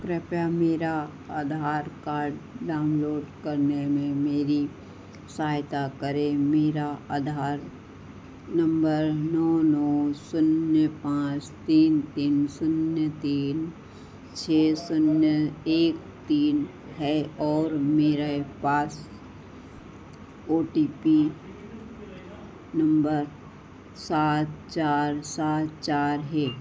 कृपया मेरा Aadhaar card download करने में मेरी सहायता करे मेरा आधार नम्बर नौ नौ शून्य पाँच तीन तीन शून्य तीन छह शून्य एक तीन है और मेरे पास ओ टी पी नम्बर सात चार सात चार है